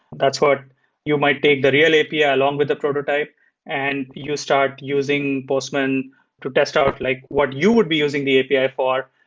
that's what you might take the real api ah along with the prototype and you start using postman to test out like what you would be using the api ah for.